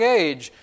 age